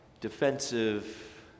defensive